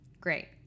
great